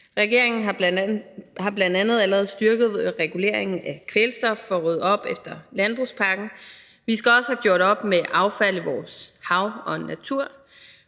Regeringen har bl.a. allerede styrket reguleringen af kvælstof for at rydde op efter landbrugspakken, og vi skal også have gjort op med affaldet i vores hav og natur.